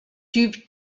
tubes